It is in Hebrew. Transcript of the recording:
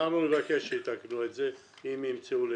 אנחנו נבקש שיתקנו את זה, אם ימצאו לנכון,